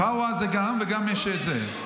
חאווה, גם, ויש גם את זה.